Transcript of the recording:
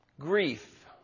grief